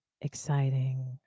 exciting